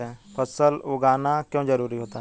फसल उगाना क्यों जरूरी होता है?